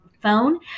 phone